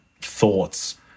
thoughts